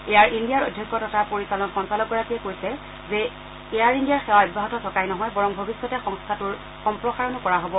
air ইণ্ডিয়াৰ অধ্যক্ষ তথা পৰিচালন সঞ্চালগৰাকীয়ে কৈছে যে এয়াৰ ইণ্ডিয়াৰ সেৱা অব্যাহত থকাই নহয় বৰং ভৱিষ্যতে সংস্থাটোৰ সম্প্ৰাৰণো কৰা হব